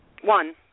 One